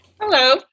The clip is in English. Hello